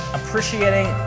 appreciating